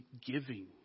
giving